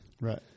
Right